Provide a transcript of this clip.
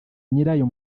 nyirayo